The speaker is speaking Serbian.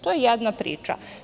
To je jedna priča.